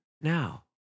now